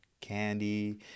candy